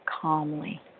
calmly